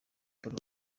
paul